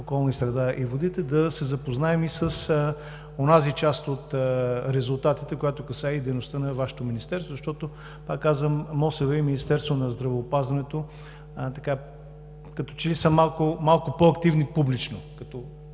околна среда и водите, да се запознаем и с онази част от резултатите, която касае и дейността на Вашето Министерство, защото пак казвам: МОСВ и Министерство на здравеопазването така като че ли са малко по-активни публично. Правя